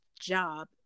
job